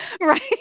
Right